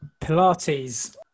Pilates